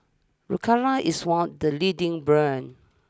Ricola is one of the leading brands